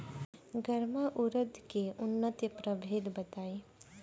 गर्मा उरद के उन्नत प्रभेद बताई?